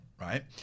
right